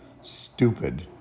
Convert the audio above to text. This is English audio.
Stupid